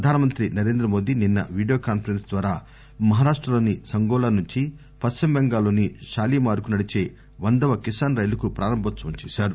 ప్రధానమంత్రి నరేంద్రమోదీ నిన్న video conference ద్వారా మహారాష్టలోని సంగోలా నుంచి పశ్చిమబెంగాల్ లోని శాలీమార్ కు నడిచే వందవ కిసాన్ రైలుకు ప్రారంభోత్సవం చేశారు